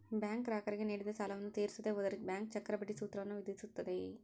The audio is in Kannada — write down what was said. ಬ್ಯಾಂಕ್ ಗ್ರಾಹಕರಿಗೆ ನೀಡಿದ ಸಾಲವನ್ನು ತೀರಿಸದೆ ಹೋದರೆ ಬ್ಯಾಂಕ್ ಚಕ್ರಬಡ್ಡಿ ಸೂತ್ರವನ್ನು ವಿಧಿಸುತ್ತದೆ